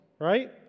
right